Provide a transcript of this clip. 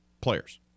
players